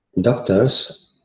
doctors